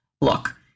look